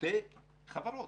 שתי חברות.